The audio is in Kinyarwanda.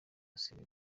asiga